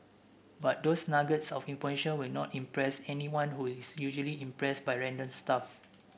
but those nuggets of information will not impress anyone who is usually impressed by random stuff